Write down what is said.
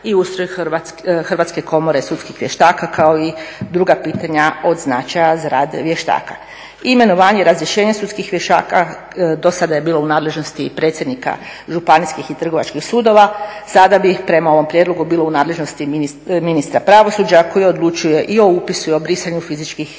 i ustroj Hrvatske komore sudskih vještaka kao i druga pitanja od značaja za rad vještaka. Imenovanja i razrješenja sudskih vještaka do sada je bilo u nadležnosti predsjednika županijskih i trgovačkih sudova, sada bi prema ovom prijedlogu bilo u nadležnosti ministra pravosuđa koji odlučuje i o upisu i o brisanju fizičkih